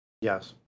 Yes